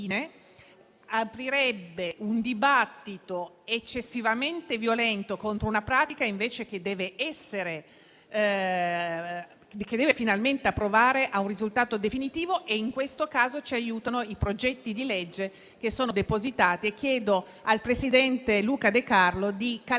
aprirebbe un dibattito eccessivamente violento contro una pratica che invece deve finalmente approdare a un risultato definitivo. In questo caso ci aiutano i progetti di legge depositati e che chiedo al presidente Luca De Carlo di calendarizzare